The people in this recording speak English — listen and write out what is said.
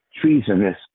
treasonous